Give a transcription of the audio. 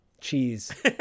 cheese